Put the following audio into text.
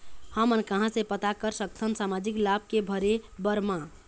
हमन कहां से पता कर सकथन सामाजिक लाभ के भरे बर मा?